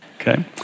okay